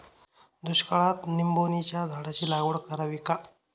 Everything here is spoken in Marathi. दुष्काळात निंबोणीच्या झाडाची लागवड करावी का?